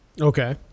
Okay